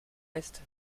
est